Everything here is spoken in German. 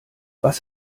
was